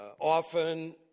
Often